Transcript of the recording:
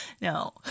No